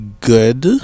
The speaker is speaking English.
good